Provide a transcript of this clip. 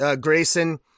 Grayson